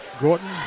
Gordon